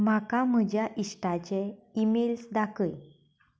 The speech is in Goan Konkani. म्हाका म्हज्या इश्टांचे ईमेल्स दाखय